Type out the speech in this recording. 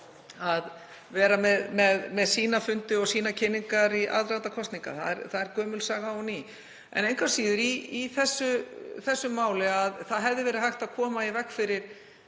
að vera með sína fundi og sínar kynningar í aðdraganda kosninga. Það er gömul saga og ný. En engu að síður, í þessu máli hefði verið hægt að koma í veg fyrir